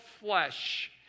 flesh